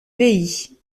pays